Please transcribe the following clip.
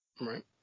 Right